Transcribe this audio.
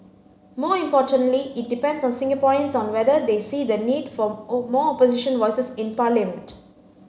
more importantly it depends on Singaporeans on whether they see the need for more opposition voices in parliament